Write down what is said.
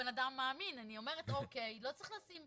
אומרת שלא צריך להגיד: